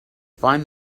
find